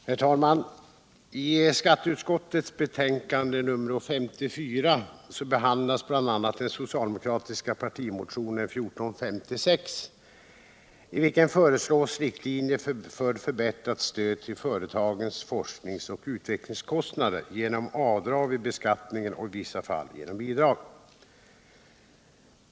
Herr talman! I skatteutskottets betänkande nr 54 behandlas bl.a. den socialdemokratiska partimotionen 1456, i vilken föreslås riktlinjer för förbättrat stöd till företagens forskningsoch utvecklingskostnader genom avdrag vid beskattningen och i vissa fall genom bidrag.